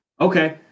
Okay